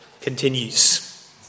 continues